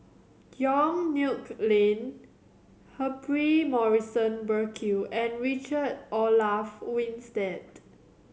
Yong Nyuk Lin Humphrey Morrison Burkill and Richard Olaf Winstedt